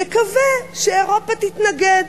נקווה שאירופה תתנגד.